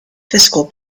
fiscal